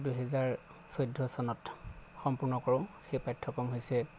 দুহেজাৰ চৈধ্য় চনত সম্পূৰ্ণ কৰোঁ সেই পাঠ্যক্ৰম হৈছে